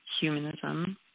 humanism